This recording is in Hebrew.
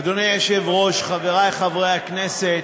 אדוני היושב-ראש, חברי חברי הכנסת,